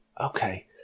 okay